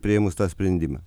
priėmus tą sprendimą